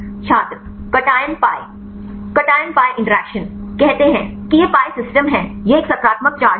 छात्र Cation pi Cation pi interaction कहते हैं कि यह pi सिस्टम है यह एक सकारात्मक चार्ज है